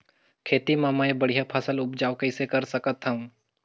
खेती म मै बढ़िया फसल उपजाऊ कइसे कर सकत थव?